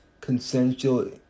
consensual